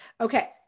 Okay